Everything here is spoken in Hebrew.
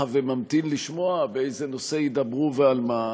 ואני יושב פה ככה וממתין לשמוע באיזה נושא ידברו ועל מה,